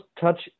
Touch